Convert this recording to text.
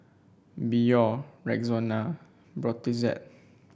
Biore Rexona Brotzeit